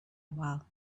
while